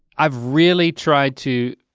i've really tried to